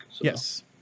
Yes